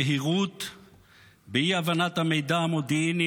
מייד איבדתם את העשתונות.